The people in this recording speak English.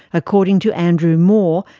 according to andrew moore,